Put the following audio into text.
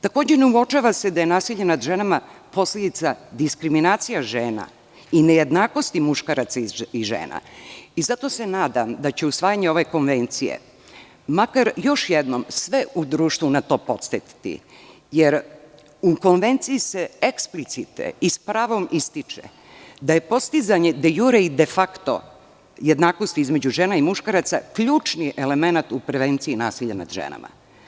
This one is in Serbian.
Takođe, ne uočava se da je nasilje nad ženama posledica diskriminacije žena i nejednakosti muškaraca i žena i zato se nadam da će usvajanje ove konvencije makar još jednom sve u društvu na to podsetiti, jer u Konvenciji se eksplicite i s pravom ističe da je postizanje de jure i de fakto jednakosti između žena i muškaraca ključni elemenat u prevenciji nasilja nad ženama.